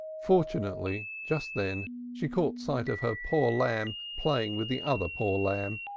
fortunately just then she caught sight of her poor lamb playing with the other poor lamb.